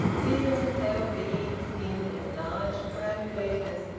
even the pale beings in enlarged perambulators,